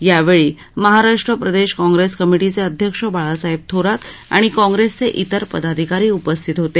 यावेळी महाराष्ट् प्रदेश काँग्रेस कमिटीचे अध्यक्ष बाळासाहेब थोरात आणि काँग्रेसचे इतर पदाधिकारी उपस्थित होते